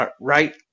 right